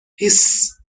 هیس